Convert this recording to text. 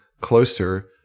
closer